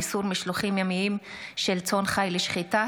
איסור משלוחים ימיים של צאן חי לשחיטה),